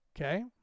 Okay